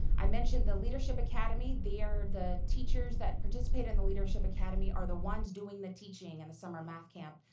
i mentioned the leadership academy, they are the teachers that participate in the leadership academy are the ones doing the teaching in and the summer math camp.